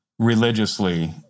religiously